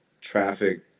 traffic